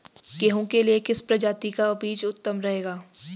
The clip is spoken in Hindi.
गेहूँ के लिए किस प्रजाति का बीज उत्तम रहेगा?